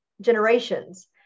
generations